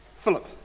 Philip